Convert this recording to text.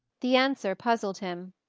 the answer puzzled him.